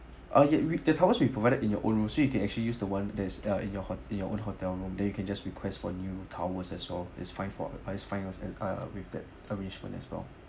ah ya we the towels we provided in your own room so you can actually use the one that is uh in your hot~ in your own hotel room then you can just request for new towels as well it's fine for ah with that arrangement as well